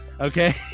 Okay